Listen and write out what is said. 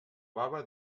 baba